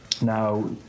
Now